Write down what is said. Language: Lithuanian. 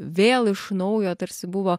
vėl iš naujo tarsi buvo